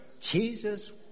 Jesus